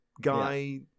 guy